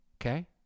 okay